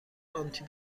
آنتی